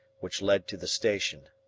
which led to the station.